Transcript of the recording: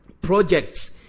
projects